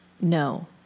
No